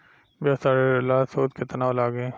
व्यवसाय ऋण ला सूद केतना लागी?